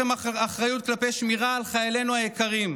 כלפי שמירה על חיילינו היקרים,